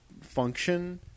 function